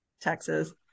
Texas